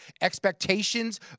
expectations